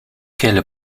quelle